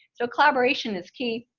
so collaboration is key,